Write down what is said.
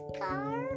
car